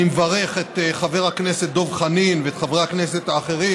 אני מברך את חבר הכנסת דב חנין ואת חברי הכנסת האחרים